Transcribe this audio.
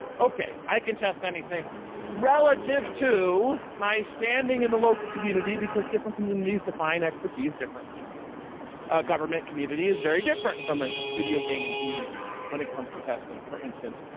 okay. i can test anything relative to my standing in the local community because different communities define expertise differently. a government community is very different from a video gaming community when it comes to testing for instance.